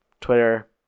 twitter